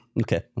Okay